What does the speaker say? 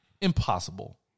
Impossible